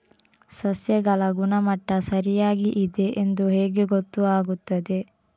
ಸಸ್ಯಗಳ ಗುಣಮಟ್ಟ ಸರಿಯಾಗಿ ಇದೆ ಎಂದು ಹೇಗೆ ಗೊತ್ತು ಆಗುತ್ತದೆ?